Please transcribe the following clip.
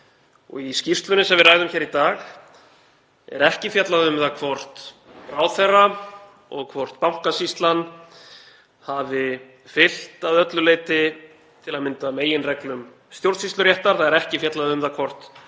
og í skýrslunni sem við ræðum hér í dag er ekki fjallað um það hvort ráðherra og Bankasýslan hafi fylgt að öllu leyti til að mynda meginreglum stjórnsýsluréttar. Það er ekki fjallað um það hvort ráðherra